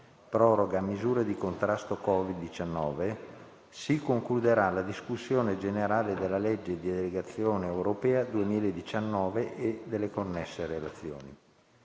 proroga di misure di contrasto al Covid-19, si concluderà la discussione generale della legge di delegazione europea 2019 e delle connesse relazioni.